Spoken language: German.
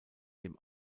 dem